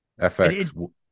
FX